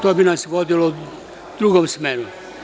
To bi nas vodilo u drugom smeru.